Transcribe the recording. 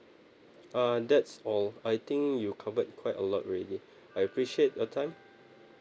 uh that's all I think you covered quite a lot already I appreciate your time